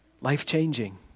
life-changing